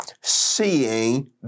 Seeing